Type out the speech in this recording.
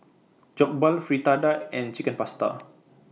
Jokbal Fritada and Chicken Pasta